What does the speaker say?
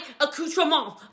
accoutrement